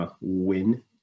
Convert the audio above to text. win